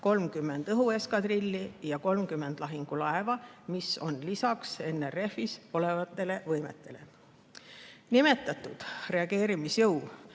30 õhueskadrilli ja 30 lahingulaeva, mis on lisaks NRF-is olevatele võimetele. Nimetatud reageerimisjõu